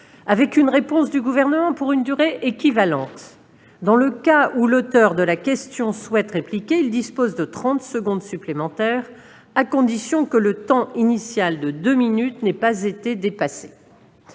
avec une réponse du Gouvernement pour une durée équivalente. Dans le cas où l'auteur de la question souhaite répliquer, il dispose de trente secondes supplémentaires, à la condition que le temps initial de deux minutes n'ait pas été dépassé.